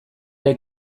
ere